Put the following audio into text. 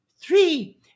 three